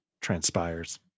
transpires